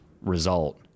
result